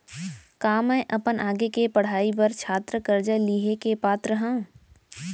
का मै अपन आगे के पढ़ाई बर छात्र कर्जा लिहे के पात्र हव?